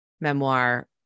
memoir